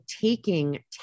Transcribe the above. taking